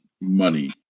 money